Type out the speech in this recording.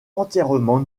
entièrement